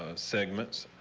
segments.